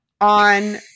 on